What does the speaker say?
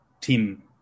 team